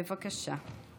בבקשה.